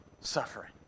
suffering